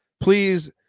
Please